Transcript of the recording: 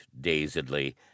dazedly